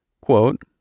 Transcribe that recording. quote